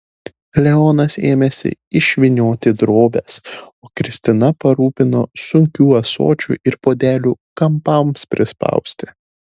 leonas ėmėsi išvynioti drobes o kristina parūpino sunkių ąsočių ir puodelių kampams prispausti